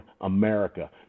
America